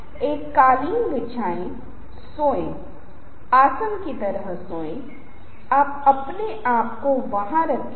तो एक छवि के माध्यम से एक ही बात संवाद करें